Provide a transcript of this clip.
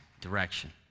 direction